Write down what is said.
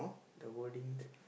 the wording there